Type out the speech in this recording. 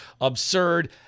absurd